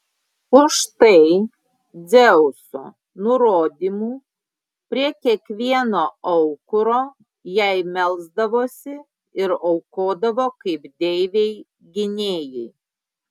už tai dzeuso nurodymu prie kiekvieno aukuro jai melsdavosi ir aukodavo kaip deivei gynėjai